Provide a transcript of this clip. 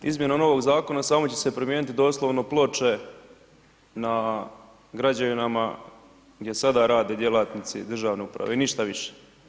Izmjenom novog zakona samo će se promijeniti doslovno ploče na građevinama gdje sada rade djelatnici državne uprave i ništa više.